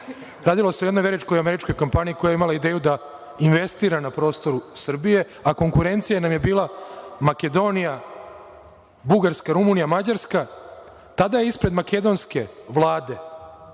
Radilo se o jednoj američkoj kompaniji koja je imala ideju da investira na prostoru Srbije, a konkurencija nam je bila Makedonija, Bugarska, Rumunija, Mađarska. Tada je ispred makedonske Vlade